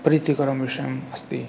प्रीतिकरं विषयम् अस्ति